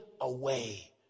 away